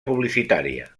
publicitària